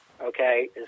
Okay